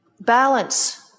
balance